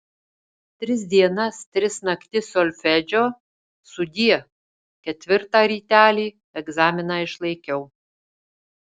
tris dienas tris naktis solfedžio sudie ketvirtą rytelį egzaminą išlaikiau